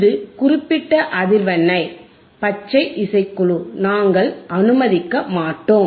இது குறிப்பிட்ட அதிர்வெண்ணை பச்சை இசைக்குழு நாங்கள் அனுமதிக்க மாட்டோம்